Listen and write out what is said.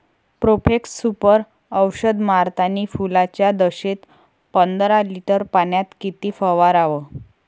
Profex Super औषध मारतानी फुलाच्या दशेत पंदरा लिटर पाण्यात किती फवाराव?